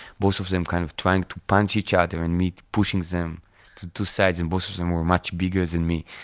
both of them kind of trying to punch each other and me pushing them to two sides and both of them were much bigger than me.